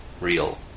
real